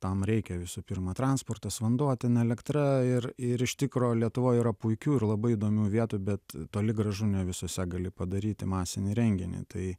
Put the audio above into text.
tam reikia visų pirma transportas vanduo ten elektra ir ir iš tikro lietuvoj yra puikių ir labai įdomių vietų bet toli gražu ne visose gali padaryti masinį renginį tai